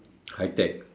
high tech